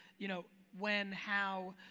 you know, when, how.